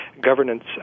governance